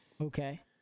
okay